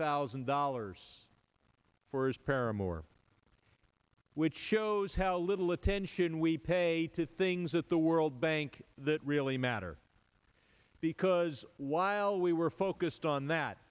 thousand dollars for his paramour which shows how little attention we pay to things at the world bank that really matter because while we were focused on that